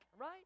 right